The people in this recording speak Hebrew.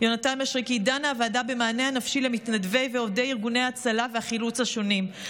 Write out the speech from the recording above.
דנה הוועדה במענה הנפשי למתנדבי ועובדי ארגוני ההצלה והחילוץ השונים.